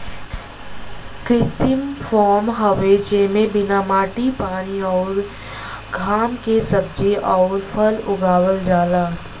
कृत्रिम फॉर्म हवे जेमे बिना माटी पानी अउरी घाम के सब्जी अउर फल उगावल जाला